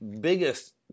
biggest